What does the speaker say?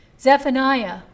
Zephaniah